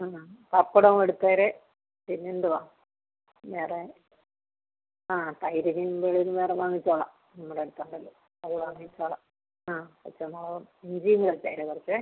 ആണോ പപ്പടം എടുത്തേര് പിന്നെ എന്തുവാ വേറെ ആ തൈര് സിമ്പിള് വേറെ വാങ്ങിച്ചോളാം നമ്മുടെ അടുത്തുണ്ടല്ലോ അത് വാങ്ങിച്ചോളാം ആ പച്ചമുളകും ഇഞ്ചിയും വച്ചേരേ കുറച്ചേ